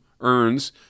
earns